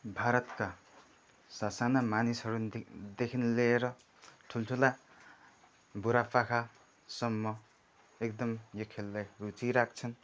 भारतका सा साना मानिसहरूदेखि लिएर ठुल्ठुला बुढापाकासम्म एकदम यो खेललाई रुचि राख्छन्